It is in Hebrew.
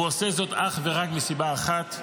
הוא עושה זאת אך ורק מסיבה אחת,